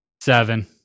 Seven